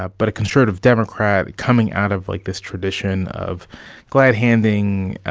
ah but a conservative democrat coming out of, like, this tradition of glad-handing,